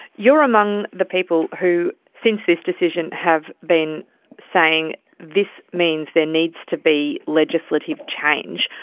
you're among the people who since this decision have been saying this means there needs to be legislative change.